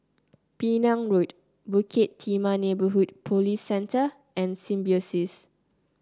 Penang Road Bukit Timah Neighbourhood Police Centre and Symbiosis